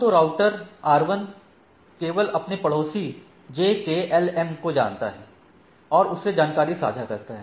तो router RI केवल अपने पड़ोसी JKLM को जानता है और उससे जानकारी साझा करता है